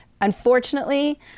unfortunately